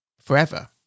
forever